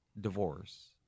divorce